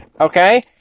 Okay